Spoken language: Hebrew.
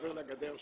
מעבר לגדר שלו.